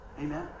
Amen